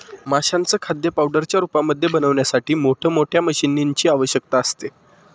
माशांचं खाद्य पावडरच्या रूपामध्ये बनवण्यासाठी मोठ मोठ्या मशीनीं ची आवश्यकता असते